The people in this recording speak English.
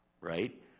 right